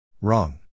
Wrong